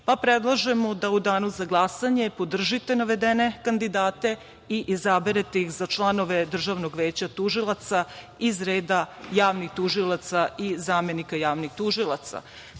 pa predlažemo da u Danu za glasanje podržite navedene kandidate i izaberete ih za članove DVT iz reda javnih tužilaca i zamenika javnih tužilaca. Takođe